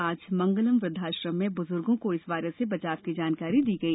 आज मंगलम वृद्वाश्रम में बुजुर्गों को इस वायरस से बचाव की जानकारी दी गई